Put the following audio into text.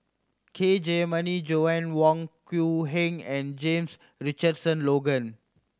K Jayamani Joanna Wong Quee Heng and James Richardson Logan